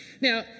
Now